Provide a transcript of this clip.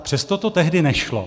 Přesto to tehdy nešlo.